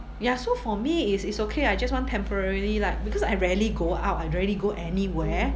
ya so for me it's it's okay I just want temporarily like because I rarely go out I rarely go anywhere